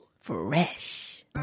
fresh